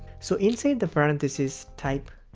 so inside the parentheses, type.